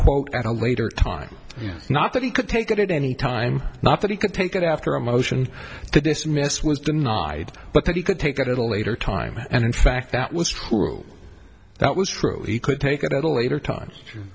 quote at a later time not that he could take it at any time not that he could take it after a motion to dismiss was denied but that he could take it at a later time and in fact that was true that was true he could take it at a later time you